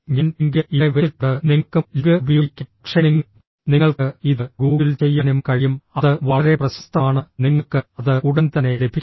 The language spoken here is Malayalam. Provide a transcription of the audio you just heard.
ഞാൻ ലിങ്ക് ഇവിടെ വെച്ചിട്ടുണ്ട് നിങ്ങൾക്കും ലിങ്ക് ഉപയോഗിക്കാം പക്ഷേ നിങ്ങൾ നിങ്ങൾക്ക് ഇത് ഗൂഗിൾ ചെയ്യാനും കഴിയും അത് വളരെ പ്രശസ്തമാണ് നിങ്ങൾക്ക് അത് ഉടൻ തന്നെ ലഭിക്കും